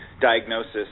diagnosis